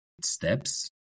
steps